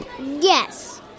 Yes